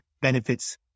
benefits